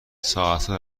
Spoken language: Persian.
ساعتها